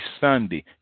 Sunday